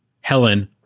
Helen